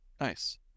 Nice